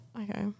Okay